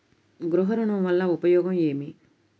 గృహ ఋణం వల్ల ఉపయోగం ఏమి?